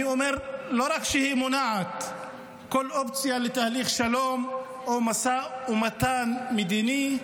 אני אומר: לא רק שהיא מונעת כל אופציה לתהליך שלום או משא ומתן מדיני,